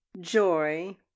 joy